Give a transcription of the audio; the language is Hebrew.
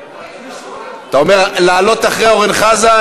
אתה אומר: לעלות אחרי אורן חזן,